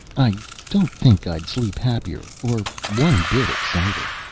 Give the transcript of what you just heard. i don't think i'd sleep happier or one bit excited.